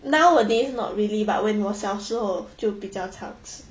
nowadays not really but when 我小时候就比较常吃